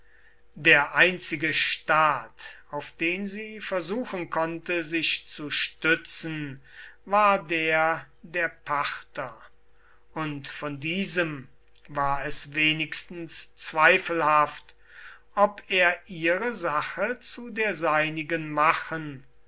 der einzige staat auf den sie versuchen konnte sich zu stützen war der der parther und von diesem war es wenigstens zweifelhaft ob er ihre sache zu der seinigen machen